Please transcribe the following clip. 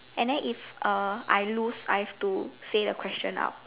and then if uh I lose I have to say the question out